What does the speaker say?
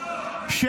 אתה עכשיו תשתוק.